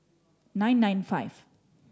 nine nine five